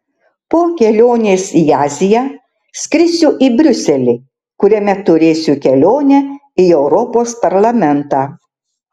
po kelionės į aziją skrisiu į briuselį kuriame turėsiu kelionę į europos parlamentą